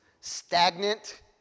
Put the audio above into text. stagnant